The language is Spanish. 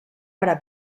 para